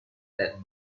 that